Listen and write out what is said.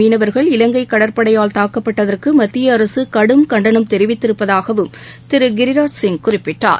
மீனவர்கள் இலங்கை கடற்படையால் தாக்கப்பட்டதற்கு மத்திய கன்டனம் தமிழக கடும் தெரிவித்திருப்பதாகவும் திரு கிரிராஜ் சிங் குறிப்பிட்டார்